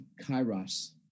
kairos